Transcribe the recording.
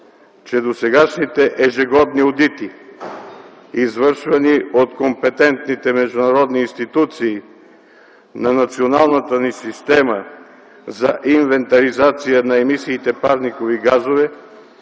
че досегашните ежегодни одити, извършвани от компетентните международни институции на националната ни система за инвентаризация на емисиите парникови газове,